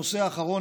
הנושא האחרון,